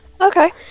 okay